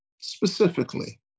specifically